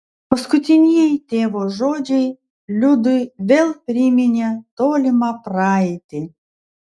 paskutinieji tėvo žodžiai liudui vėl priminė tolimą praeitį